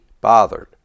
bothered